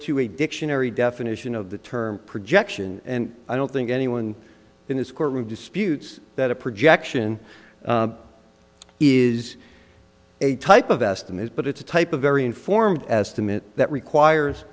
to a dictionary definition of the term projection and i don't think anyone in this courtroom disputes that a projection is a type of estimate but it's a type of very informed estimate that requires